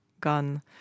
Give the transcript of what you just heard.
gun